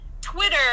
Twitter